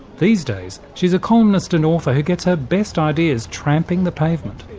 these days she's a columnist and author who gets her best ideas tramping the pavement.